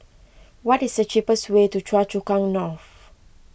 what is the cheapest way to Choa Chu Kang North